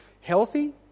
healthy